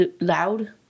Loud